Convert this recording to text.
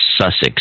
Sussex